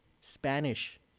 Spanish